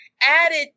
added